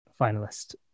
finalist